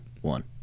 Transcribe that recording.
one